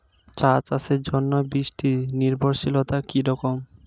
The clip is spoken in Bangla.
চা চাষের জন্য বৃষ্টি নির্ভরশীলতা কী রকম?